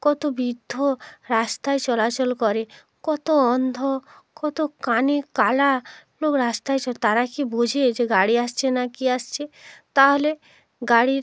কত বিদ্ধ রাস্তায় চলাচল করে কত অন্ধ কত কানে কালা লোক রাস্তায় চ তারা কি বোঝে যে গাড়ি আসছে না কি আসছে তাহলে গাড়ির